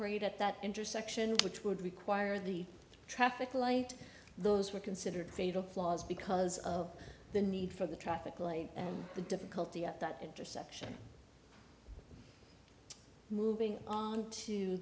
accurate at that intersection which would require the traffic light those were considered fatal flaws because of the need for the traffic light and the difficulty of that intersection moving onto